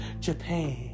Japan